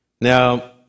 Now